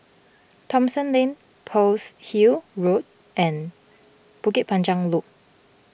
Thomson Lane Pearl's Hill Road and Bukit Panjang Loop